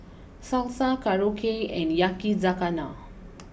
Salsa Korokke and Yakizakana